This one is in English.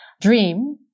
dream